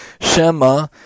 Shema